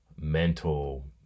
mental